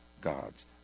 God's